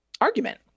argument